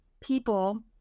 people